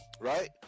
Right